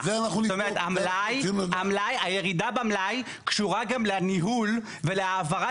זאת אומרת הירידה במלאי קשורה גם לניהול ולהעברת